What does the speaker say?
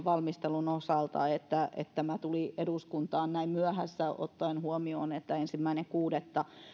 valmistelun osalta siltä osin että tämä tuli eduskuntaan näin myöhässä ottaen huomioon että ensimmäinen kuudetta